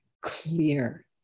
clear